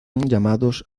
llamados